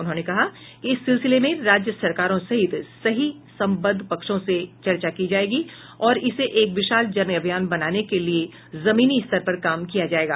उन्होंने कहा कि इस सिलसिले में राज्य सरकारों सहित सभी संबद्ध पक्षों से चर्चा की जायेगी और इसे एक विशाल जन अभियान बनाने को लिए जमीनी स्तर पर काम किया जायेगा